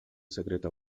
secreto